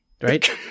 Right